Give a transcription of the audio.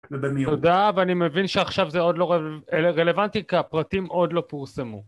תודה ואני מבין שעכשיו זה עוד לא רלוונטי כי הפרטים עוד לא פורסמו